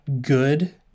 good